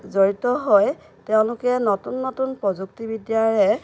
জড়িত হৈ তেওঁলোকে নতুন নতুন প্ৰযুক্তিবিদ্য়াৰে